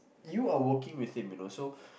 you are working with him you know so